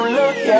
look